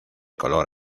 color